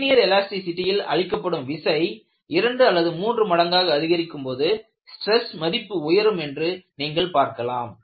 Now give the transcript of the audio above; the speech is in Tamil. லீனியர் எலாஸ்டிசிடியில் அளிக்கப்படும் விசை இரண்டு அல்லது மூன்று மடங்காக அதிகரிக்கும் போது ஸ்ட்ரெஸ் மதிப்பும் உயரும் என்று நீங்கள் பார்க்கலாம்